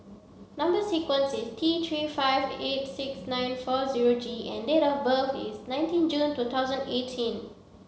number sequence is T three five eight six nine four zero G and date of birth is nineteen June two thousand eighteen